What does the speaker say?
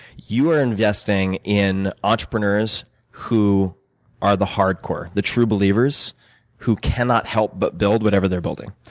you are investing in entrepreneurs who are the hard core, the true believers who cannot help but build whatever they're building.